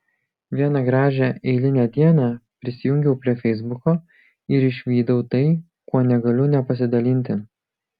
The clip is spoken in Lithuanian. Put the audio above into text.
vieną gražią eilinę dieną prisijungiau prie feisbuko ir išvydau tai kuo negaliu nepasidalinti